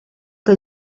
que